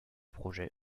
projets